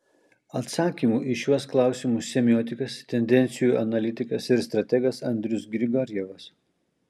atsakymų į šiuos klausimus semiotikas tendencijų analitikas ir strategas andrius grigorjevas